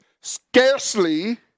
scarcely